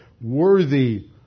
worthy